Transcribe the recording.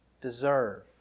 deserve